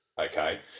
okay